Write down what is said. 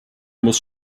muss